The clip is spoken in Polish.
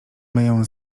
myję